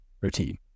routine